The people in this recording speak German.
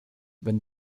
wenn